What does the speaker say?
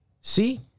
see